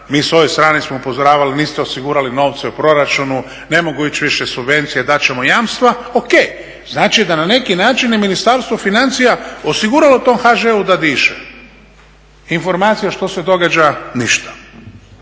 mi s ove strane smo upozoravali niste osigurali novce u proračunu, ne mogu ići više subvencije, dat ćemo jamstva. Ok, znači da na neki način i Ministarstvo financija osiguralo tom HŽ-u da diše. Informacija što se događa ništa.